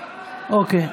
אוקיי.